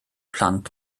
plant